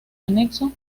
anexo